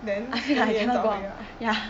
then 一个月早回啊